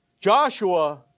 Joshua